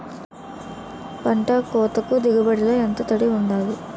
పంట కోతకు దిగుబడి లో ఎంత తడి వుండాలి?